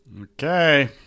Okay